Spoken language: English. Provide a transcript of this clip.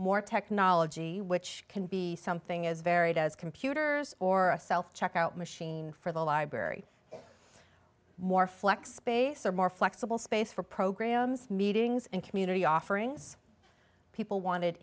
strollers or technology which can be something as varied as computers or a self checkout machine for the library more flex space or more flexible space for programs meetings and community offerings people wanted